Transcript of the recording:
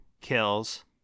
kills